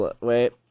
Wait